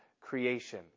creation